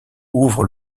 ouvrent